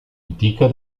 antica